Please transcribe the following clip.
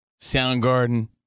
Soundgarden